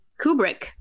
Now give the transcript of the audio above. Kubrick